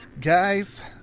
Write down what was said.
guys